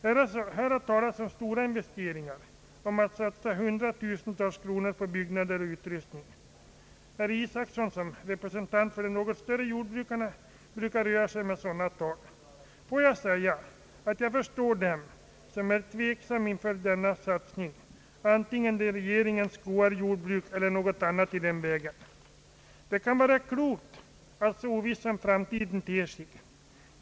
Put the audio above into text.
"Det har under debatten :talats om stora investeringar på hundratusentals kronor som skall satsas i byggnader och utrustning. Herr Isacson som repre sentant för de något större jordbruken brukar röra sig med sådana tal. Låt mig framhålla att jag förstår dem som är tveksamma inför en sådan satsning oavsett om det gäller regeringens KR jordbruk eller andra jordbruk. Det kan vara klokt att iaktta en viss försiktighet, så oviss som fråmtiden ter sig.